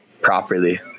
properly